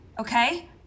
Okay